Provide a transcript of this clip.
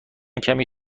کمی